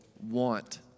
want